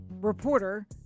reporter